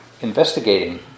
investigating